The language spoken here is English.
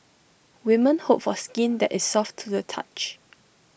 women hope for skin that is soft to the touch